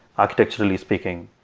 architecturally speaking.